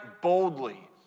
boldly